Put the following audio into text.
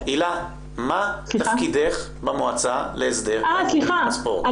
מה תפקידך במועצה להסדר ההימורים בספורט?